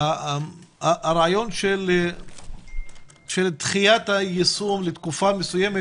הרעיון של דחיית היישום לתקופה מסוימת,